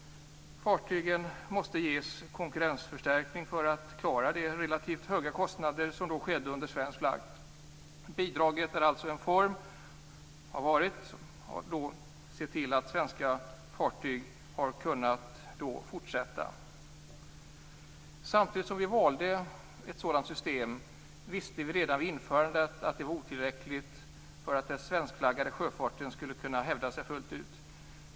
Fartygen måste ges en konkurrensförstärkning för att klara de relativt sett höga kostnader som då gällde under svensk flagg. Bidraget har alltså haft en konkurrensutjämnande utformning för att svenska fartyg skulle kunna fortsätta sin verksamhet. Redan vid införandet av ett sådant system visste vi att det var otillräckligt för att den svenskflaggade sjöfarten fullt ut skulle kunna hävda sig.